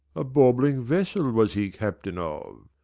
a baubling vessel was he captain of,